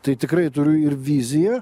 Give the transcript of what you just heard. tai tikrai turiu ir viziją